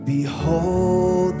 Behold